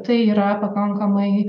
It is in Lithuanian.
tai yra pakankamai